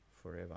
forever